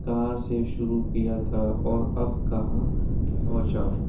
کہاں سے شروع کیا تھا اور اب کہاں پہنچا ہوں